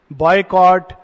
boycott